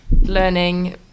learning